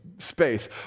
space